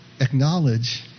acknowledge